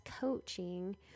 coaching